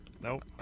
Nope